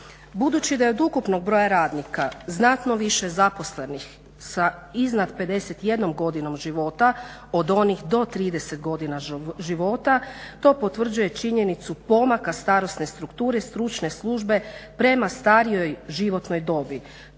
Budući da je od ukupnog broja radnika znatno više zaposlenih sa iznad 51 godinom života od onih do 30 godina života. To potvrđuje činjenicu pomaka starosne strukture, stručne službe prema starijoj životnoj dobi.